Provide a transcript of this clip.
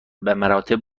بمراتب